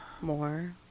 more